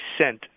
sent